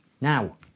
Now